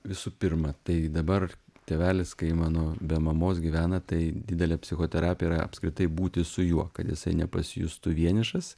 visų pirma tai dabar tėvelis kai mano be mamos gyvena tai didelė psichoterapija yra apskritai būti su juo kad jisai nepasijustų vienišas